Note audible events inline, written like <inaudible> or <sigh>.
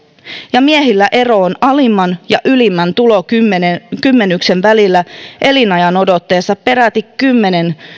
ja miehillä ero alimman ja ylimmän tulokymmenyksen <unintelligible> välillä elinajanodotteessa on peräti kymmenen